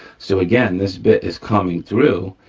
so, again, this bit is coming through,